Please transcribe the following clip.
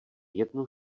jednu